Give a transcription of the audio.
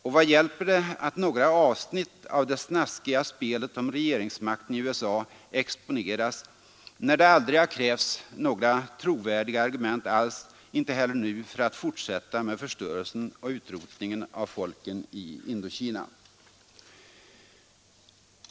Och vad hjälper det att några avsnitt av det snaskiga spelet om och med regeringsmakten i USA exponeras, när det aldrig har krävts några trovärdiga argument alls, inte heller nu, för att fortsätta med förstörelsen och utrotningen av folken i Indokina?